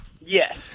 Yes